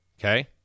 Okay